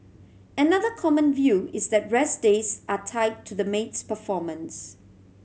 another common view is that rest days are tie to the maid's performance